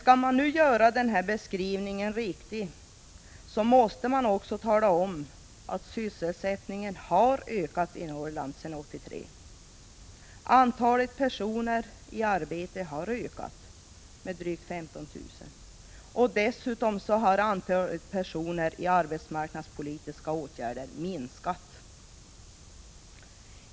Skall man göra beskrivningen riktig måste man också tala om att sysselsättningen har ökat i Norrland sedan 1983. Antalet personer i arbete har ökat med drygt 15 000, och dessutom har antalet personer i arbetsmarknadspolitiska åtgärder minskat.